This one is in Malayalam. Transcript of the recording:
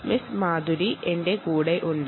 മിസ് മാധുരി ഇപ്പോൾ ഇവിടെ ഉണ്ട്